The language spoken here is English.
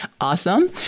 awesome